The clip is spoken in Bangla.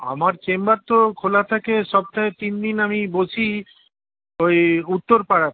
আমার চেম্বার তো খোলা থাকে সপ্তাহে তিনদিন আমি বসি ওই উত্তরপাড়াতে